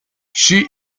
she